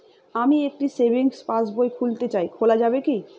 আমি একটি সেভিংস পাসবই খুলতে চাই খোলা যাবে কি?